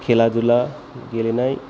खेला दुला गेलेनाय